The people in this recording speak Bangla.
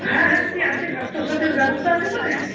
হ্যাঁ হ্যাঁ দিদি আছে স্বাস্থ্য সাথীর ব্যবস্থা আছে ওখানে